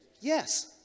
Yes